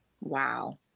Wow